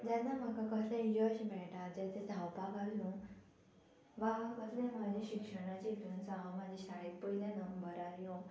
जेन्ना म्हाका कसलें यश मेळटा जें तें धांवपाक आसूं वा कसलें म्हजें शिक्षणाचे इतून आसूं हांव म्हाज्या शाळेंत पयले नंबरार येवं